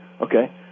Okay